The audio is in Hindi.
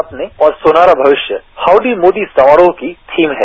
सपने और सुनहरा भविष्य हाउडी मोदी समारोह की थीम है